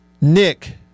Nick